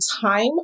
time